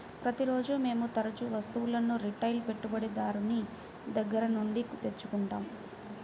ప్రతిరోజూ మేము తరుచూ వస్తువులను రిటైల్ పెట్టుబడిదారుని దగ్గర నుండి తెచ్చుకుంటాం